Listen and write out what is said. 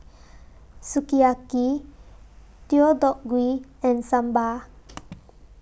Sukiyaki Deodeok Gui and Sambar